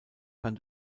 kann